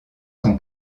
sont